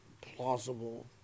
plausible